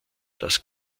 das